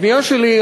הפנייה שלי,